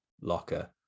locker